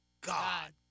God